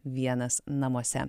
vienas namuose